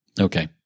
Okay